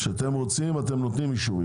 כשאתם רוצים אתם נותנים אישור.